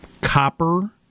copper